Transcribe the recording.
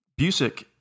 Busick